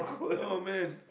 oh man